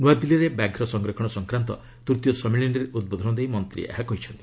ନ୍ରଆଦିଲ୍ଲୀରେ ବ୍ୟାଘ୍ର ସଂରକ୍ଷଣ ସଂକ୍ରାନ୍ତ ତୃତୀୟ ସମ୍ମିଳନୀରେ ଉଦ୍ବୋଧନ ଦେଇ ମନ୍ତ୍ରୀ ଏହା କହିଚ୍ଚନ୍ତି